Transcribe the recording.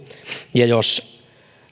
ja jos